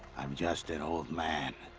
i'm just an old man.